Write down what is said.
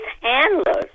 handlers